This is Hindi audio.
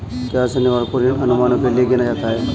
क्या शनिवार को ऋण अनुमानों के लिए गिना जाता है?